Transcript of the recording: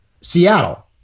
Seattle